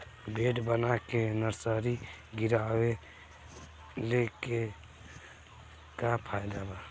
Bed बना के nursery गिरवले के का फायदा बा?